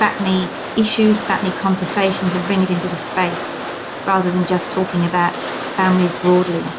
fapmi issues, fapmi conversations and bring it into the space rather than just talking about families broadly.